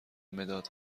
مداد